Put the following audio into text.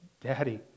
Daddy